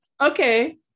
Okay